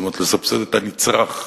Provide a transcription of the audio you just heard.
כלומר לסבסד את הנצרך.